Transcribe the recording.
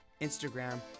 Instagram